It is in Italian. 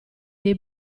dei